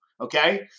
okay